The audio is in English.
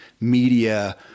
media